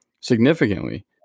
significantly